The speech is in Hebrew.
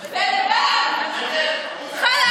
חלאס.